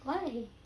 why